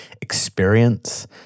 experience